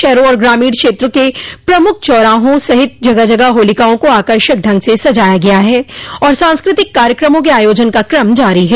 शहरों और ग्रामीण क्षेत्र के प्रमुख चौराहों सहित जगह जगह होलिकाओं को आकर्षक ढंग से सजाया गया और सांस्कृतिक कार्यक्रमा के आयोजन का क्रम जारी है